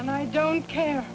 and i don't care